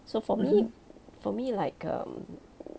so for me for me like um